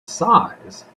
size